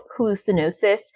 hallucinosis